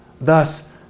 Thus